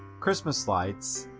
christmas lights,